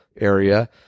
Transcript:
area